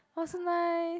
!wah! so nice